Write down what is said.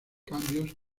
cambios